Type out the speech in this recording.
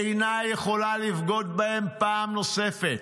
ואינה יכולה לבגוד בהם פעם נוספת.